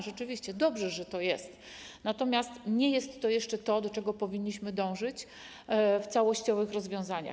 Rzeczywiście, dobrze, że jest, natomiast nie jest to jeszcze to, do czego powinniśmy dążyć w całościowych rozwiązaniach.